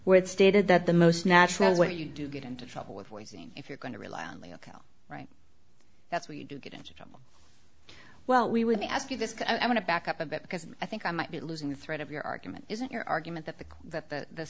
it stated that the most natural way you do get into trouble with voicing if you're going to rely only on the right that's what you do get into trouble well we would ask you this i'm going to back up a bit because i think i might be losing the thread of your argument is that your argument that the that the